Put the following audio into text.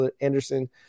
Anderson